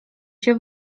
się